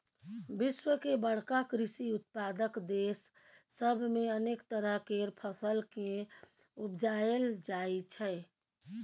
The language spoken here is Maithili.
विश्व के बड़का कृषि उत्पादक देस सब मे अनेक तरह केर फसल केँ उपजाएल जाइ छै